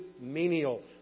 menial